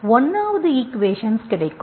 1 வது ஈக்குவேஷன்ஸ் கிடைக்கும்